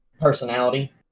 personality